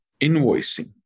invoicing